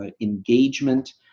engagement